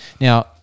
Now